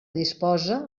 disposa